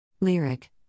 Lyric